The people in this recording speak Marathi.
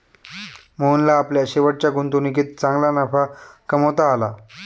मोहनला आपल्या शेवटच्या गुंतवणुकीत चांगला नफा कमावता आला